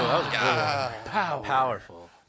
Powerful